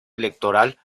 electoral